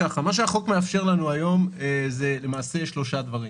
החוק מאפשר לנו היום שלושה דברים: